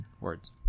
Words